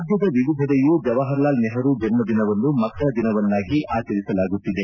ರಾಜ್ವದ ವಿವಿಧೆಡೆಯೂ ಜವಾಹರಲಾಲ ನೆಹರು ಜನ್ನ ದಿನವನ್ನು ಮಕ್ಕಳ ದಿನವನ್ನಾಗಿ ಆಚರಿಸಲಾಗುತ್ತಿದೆ